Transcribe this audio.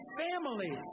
family